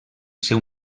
seu